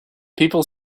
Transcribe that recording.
people